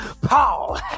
Paul